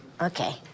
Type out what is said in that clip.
Okay